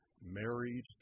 married